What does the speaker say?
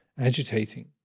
agitating